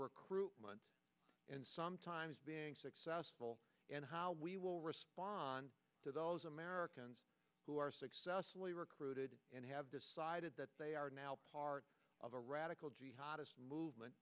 recruitment and sometimes being successful and how we will respond to those americans who are successfully recruited and have decided that they are now part of a radical jihadist movement